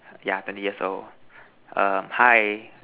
yeah thirty years old err hi